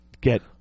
get